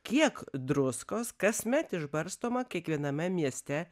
kiek druskos kasmet išbarstoma kiekviename mieste